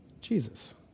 Jesus